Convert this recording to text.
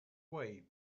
way